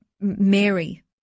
Mary